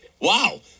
wow